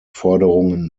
forderungen